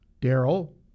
Darrell